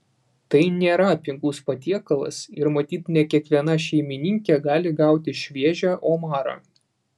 tai nėra pigus patiekalas ir matyt ne kiekviena šeimininkė gali gauti šviežią omarą